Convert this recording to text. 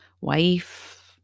wife